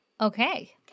Okay